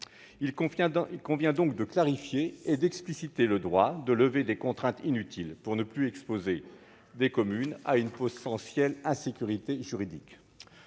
Il convient donc de clarifier et d'expliciter le droit et de lever des contraintes inutiles, pour ne plus exposer des communes à une potentielle insécurité juridique.